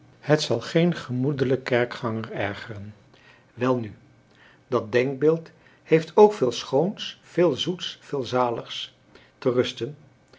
het zal geen gemoedelijk kerkganger ergeren welnu dat denkbeeld heeft ook veel schoons veel zoets veel zaligs